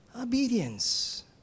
obedience